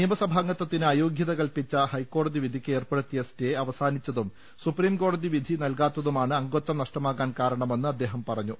നിയമ സഭാംഗത്വത്തിന് അയോഗ്യത കൽപ്പിച്ച ഹൈക്കോടതി വിധിയ്ക്ക് ഏർപ്പെടുത്തിയ സ്റ്റേ അവസാനിച്ചതും സുപ്രീംകോടതി വിധി നൽകാത്തതുമാണ് അംഗത്വം നഷ്ട മാ കാൻ കാരണ മെന്ന് അദ്ദേഹം പറഞ്ഞു